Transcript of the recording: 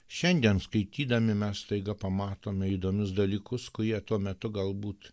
šiandien skaitydami mes staiga pamatome įdomius dalykus kurie tuo metu galbūt